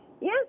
Yes